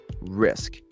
risk